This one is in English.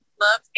love